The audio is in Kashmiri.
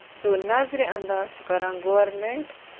سُہ نَظرِ اَنداز چھُ کران گورمینٛٹ